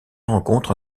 rencontre